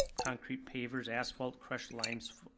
concrete pavers, asphalt, crushed limestone,